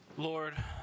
Lord